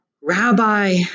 rabbi